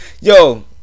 Yo